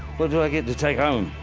what do i get to take home?